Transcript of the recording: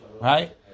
right